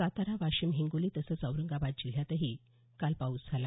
सातारा वाशिम हिंगोली तसंच औरंगाबाद जिल्ह्यातही काल पाऊस झाला